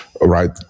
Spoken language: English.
right